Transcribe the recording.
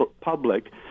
public